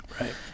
Right